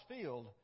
Field